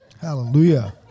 Hallelujah